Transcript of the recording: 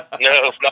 No